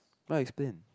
why explain